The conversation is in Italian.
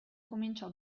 cominciò